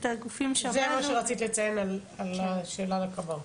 את הגופים שאמרנו --- זה מה שרצית לציין על השאלה לכבאות?